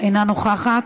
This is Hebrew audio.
אינה נוכחת.